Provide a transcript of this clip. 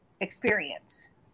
experience